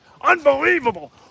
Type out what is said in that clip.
Unbelievable